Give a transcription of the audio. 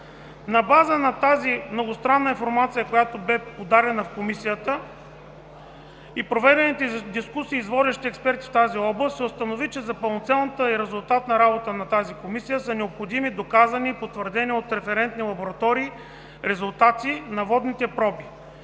На база на тази многостранна информация, която бе подадена в Комисията и проведени дискусии с водещи експерти в тази област, се установи, че за пълноценната и резултатна работа на тази Комисия са необходими доказани и потвърдени от референтни лаборатории резултати на водните проби.